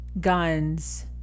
guns